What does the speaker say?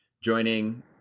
joining